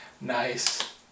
Nice